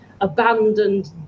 abandoned